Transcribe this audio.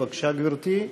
בבקשה, גברתי.